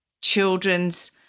children's